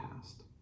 past